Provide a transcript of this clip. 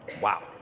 Wow